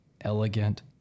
elegant